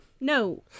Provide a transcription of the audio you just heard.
no